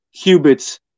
cubits